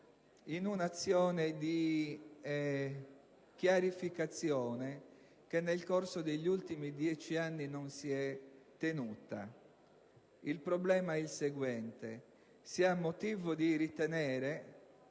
in un'azione di chiarificazione che nel corso degli ultimi dieci anni non si è realizzata. Il problema è il seguente: si ha motivo di ritenere